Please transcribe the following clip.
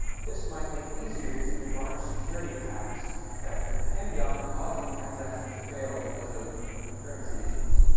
this might make it easier to launch security attacks that depend on causing transactions to fail because of concurrency issues.